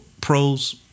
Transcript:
pros